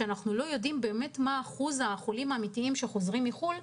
שאנחנו לא יודעים מה אחוז החולים האמיתיים שחוזרים מחו"ל,